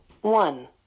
one